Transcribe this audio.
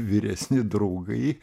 vyresni draugai